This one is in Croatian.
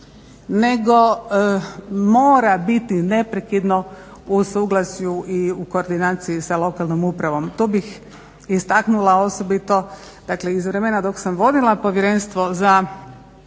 nego mora biti neprekidno u suglasju i u koordinaciji sa lokalnom upravom. Tu bih istaknula osobito, dakle iz vremena dok sam vodila Povjerenstvo za